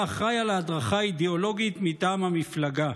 אחראי על ההדרכה האידיאולוגית מטעם המפלגה.